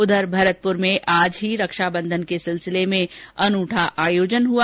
उधर भरतपुर में आज ही रक्षा बंधन के सिलसिले में अनूठा आयोजन हुआ